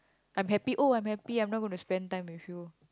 I'm happy oh I'm happy I'm not gonna spend time with you